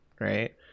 right